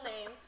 name